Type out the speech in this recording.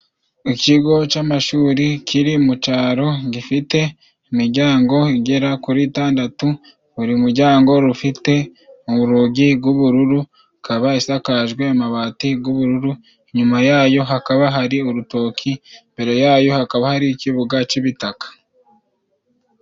Ikigo c'amashuri kiri mu caro gifite imijyango igera kuri itandatu, buri mujyango gwufite urugi gw'ubururu, ikaba isakajwe amabati gw'ubururu, inyuma yayo hakaba hari urutoki, imbere yayo hakaba hari ikibuga c'ibitaka.